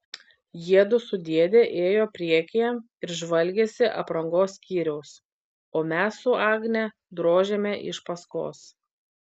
jiedu su dėde ėjo priekyje ir žvalgėsi aprangos skyriaus o mes su agne drožėme iš paskos